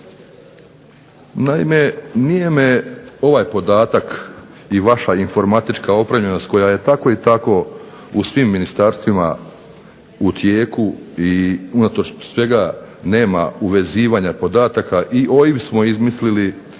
Naime, nije me ovaj podatak i vaša informatička opremljenost koja je tako i tako u svim ministarstvima u tijeku i unatoč svega nema uvezivanja podataka, i OIB smo izmislili